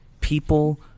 people